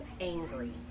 angry